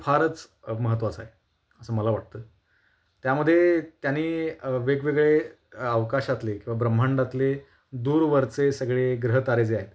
फारच महत्त्वाचा आहे असं मला वाटतं त्यामध्ये त्यानी वेगवेगळे अवकाशातले किंवा ब्रह्मांडातले दूरवरचे सगळे ग्रह तारे जे आहेत